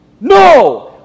No